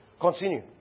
Continue